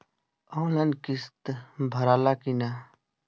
Online किस्त भराला कि ना?